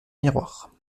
miroir